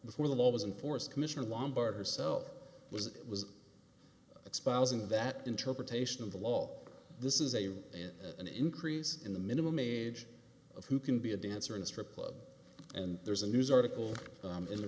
before the law was in porous commissioner lombard or so was it was it's that interpretation of the law this is a an increase in the minimum age of who can be a dancer in a strip club and there's a news article in the